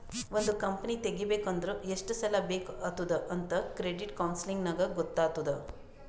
ಒಂದ್ ಕಂಪನಿ ತೆಗಿಬೇಕ್ ಅಂದುರ್ ಎಷ್ಟ್ ಸಾಲಾ ಬೇಕ್ ಆತ್ತುದ್ ಅಂತ್ ಕ್ರೆಡಿಟ್ ಕೌನ್ಸಲಿಂಗ್ ನಾಗ್ ಗೊತ್ತ್ ಆತ್ತುದ್